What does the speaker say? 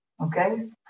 Okay